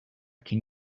can